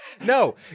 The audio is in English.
No